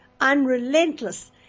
unrelentless